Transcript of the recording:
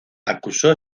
acusó